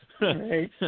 Right